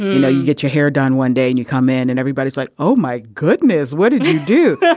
you know you get your hair done one day and you come in and everybody's like oh my goodness what did you do. yeah